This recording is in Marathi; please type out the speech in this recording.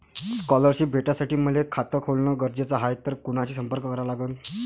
स्कॉलरशिप भेटासाठी मले खात खोलने गरजेचे हाय तर कुणाशी संपर्क करा लागन?